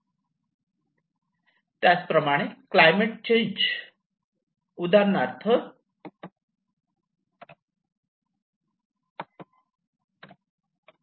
त्याचप्रमाणे climate change